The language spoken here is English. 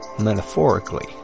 metaphorically